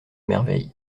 merveille